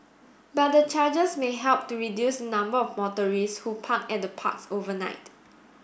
but the charges may help to reduce the number of motorists who park at the parks overnight